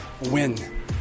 win